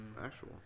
Actual